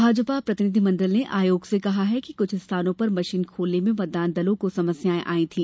भाजपा प्रतिनिधि मंडल ने आयोग से कहा है कि कुछ स्थानों पर मशीन खोलने में मतदान दलों को समस्याएं आई थी